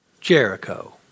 Jericho